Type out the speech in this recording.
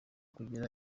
kugera